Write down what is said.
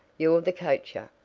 you're the coacher.